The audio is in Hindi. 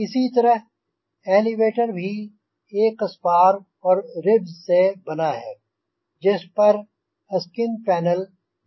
इसी तरह एलेवेटर भी एक स्पार और रिब्ज़ से बना है जिस पर स्किन पैनल रिवेट से जड़ा है